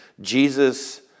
Jesus